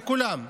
אצל כולם.